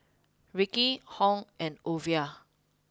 Rickie Hung and Ova